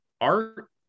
art